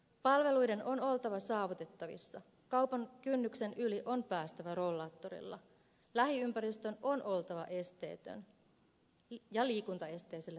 palveluiden on oltava saavutettavissa kaupan kynnyksen yli on päästävä rollaattorilla lähiympäristön on oltava esteetön ja liikuntaesteiselle turvallinen